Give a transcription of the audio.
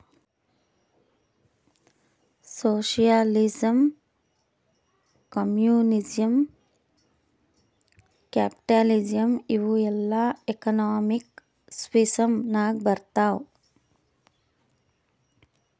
socialism, communism, capitalism ಇವೂ ಎಲ್ಲಾ economic system ನಾಗ್ ಬರ್ತಾವ್